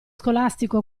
scolastico